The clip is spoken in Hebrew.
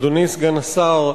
אדוני סגן השר,